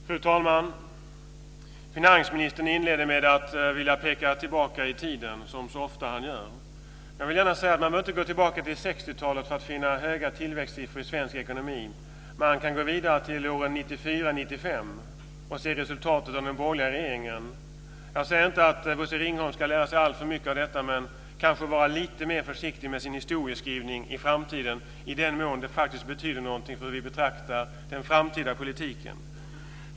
Fru talman! Finansministern inledde med att vilja peka tillbaka i tiden, som han gör så ofta. Jag vill gärna säga att man inte behöver gå tillbaka till 60 talet för att finna höga tillväxtsiffror i svensk ekonomi. Man kan gå vidare till åren 94-95 och se resultatet av den borgerliga regeringen. Jag säger inte att Bosse Ringholm ska lära sig alltför mycket av detta, men han ska kanske vara lite mer försiktig med sin historieskrivning i framtiden i den mån den faktiskt betyder något för hur vi betraktar den framtida politiken.